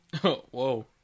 whoa